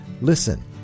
listen